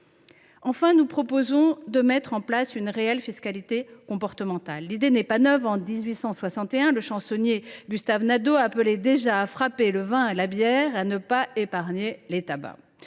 Enfin, nous proposons de mettre en place une réelle fiscalité comportementale. L’idée n’est pas neuve : en 1861, le chansonnier Gustave Nadaud appelait déjà à « frappe[r] le vin et la bière » et à « n’épargne[r] point les tabacs